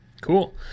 Cool